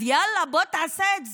אז יאללה, בוא תעשה את זה.